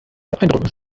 beeindrucken